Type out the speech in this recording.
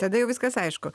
tada jau viskas aišku